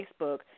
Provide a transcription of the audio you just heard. Facebook